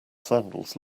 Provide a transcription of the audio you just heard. sandals